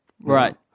Right